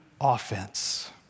offense